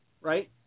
right